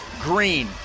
Green